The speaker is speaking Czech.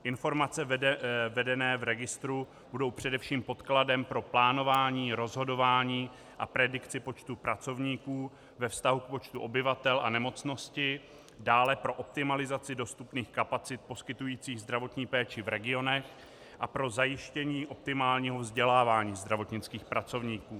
Informace vedené v registru budou především podkladem pro plánování, rozhodování a predikci počtu pracovníků ve vztahu k počtu obyvatel a nemocnosti, dále pro optimalizaci dostupných kapacit poskytujících zdravotní péči v regionech a pro zajištění optimálního vzdělávání zdravotnických pracovníků.